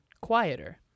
quieter